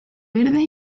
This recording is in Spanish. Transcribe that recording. verde